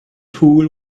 pool